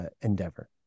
endeavor